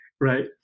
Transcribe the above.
right